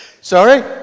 Sorry